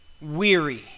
Weary